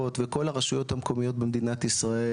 וכל הרשויות המקומיות במדינת ישראל,